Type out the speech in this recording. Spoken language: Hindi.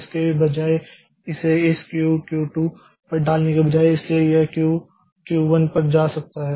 इसके बजाय इसे इस क्यू Q 2 पर डालने के बजाय इसलिए यह क्यू Q 1 पर जा सकता है